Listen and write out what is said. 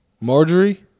Marjorie